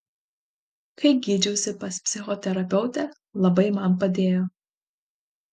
kai gydžiausi pas psichoterapeutę labai man padėjo